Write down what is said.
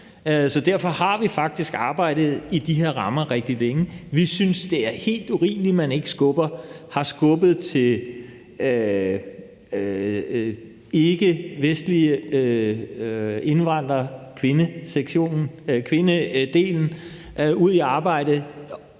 Så derfor har vi faktisk arbejdet i de her rammer rigtig længe. Vi synes, det er helt urimeligt, at man ikke har skubbet ikkevestlige indvandrere, kvinderne, ud i arbejde